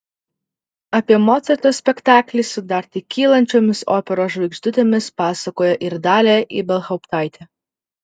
apie mocarto spektaklį su dar tik kylančiomis operos žvaigždutėmis pasakoja ir dalia ibelhauptaitė